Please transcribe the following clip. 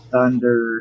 Thunder